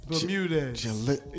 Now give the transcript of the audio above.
Bermuda